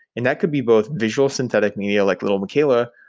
and that could be both visual synthetic media, like lil miquela,